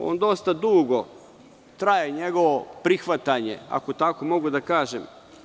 On dosta dugo traje, njegovo prihvatanje, ako tako mogu da kažem.